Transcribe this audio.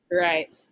Right